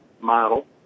model